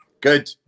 Good